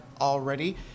already